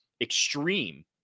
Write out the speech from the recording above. extreme